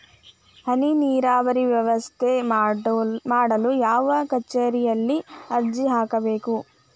ಹನಿ ನೇರಾವರಿ ವ್ಯವಸ್ಥೆ ಮಾಡಲು ಯಾವ ಕಚೇರಿಯಲ್ಲಿ ಅರ್ಜಿ ಹಾಕಬೇಕು?